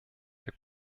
der